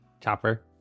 chopper